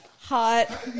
hot